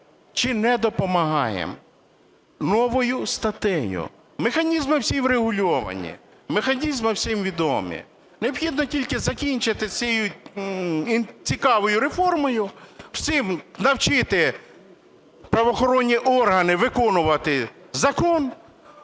чи не допомагаємо новою статтею? Механізми всі врегульовані, механізми всім відомі, необхідно тільки закінчити цією цікавою реформою, всі навчити правоохоронні органи виконувати закон,